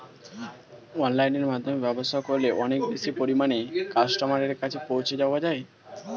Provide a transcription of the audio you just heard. অনলাইনের মাধ্যমে ব্যবসা করলে অনেক বেশি পরিমাণে কাস্টমারের কাছে পৌঁছে যাওয়া যায়?